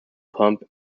plump